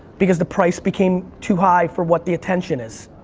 because the price became too high for what the attention is.